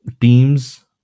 teams